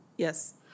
Yes